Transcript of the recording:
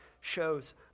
shows